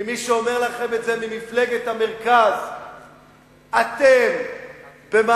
ומי שאומר לכם את זה ממפלגת המרכז: אתם במעשיכם,